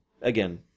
Again